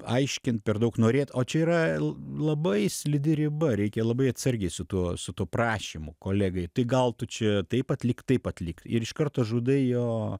aiškint per daug norėt o čia yra labai slidi riba reikia labai atsargiai su tuo su tuo prašymu kolegai tai gal tu čia taip atlik taip atlik ir iš karto žudai jo